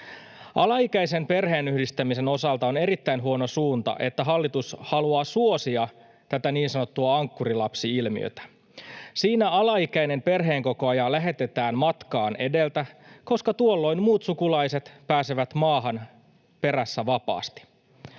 Alaikäisen perheenyhdistämisen osalta on erittäin huono suunta, että hallitus haluaa suosia tätä niin sanottua ankkurilapsi-ilmiötä. Siinä alaikäinen perheenkokoaja lähetetään matkaan edeltä, koska tuolloin muut sukulaiset pääsevät maahan perässä vapaasti.